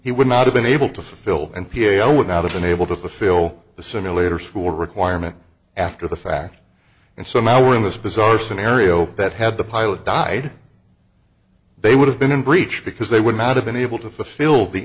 he would not have been able to fulfill n p o would not have been able to fulfill the simulator school requirement after the fact and so now we're in this bizarre scenario that had the pilot died they would have been in breach because they would not have been able to fulfill the